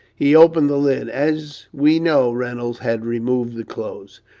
he opened the lid. as we know, reynolds had removed the clothes.